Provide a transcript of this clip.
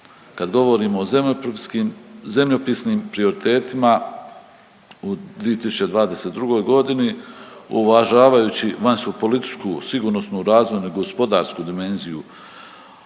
Kad govorimo o zemljopisnim prioritetima u 2022. godini uvažavajući vanjskopolitičku sigurnosnu, razvojnu i gospodarsku dimenziju